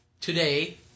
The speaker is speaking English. today